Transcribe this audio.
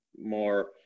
more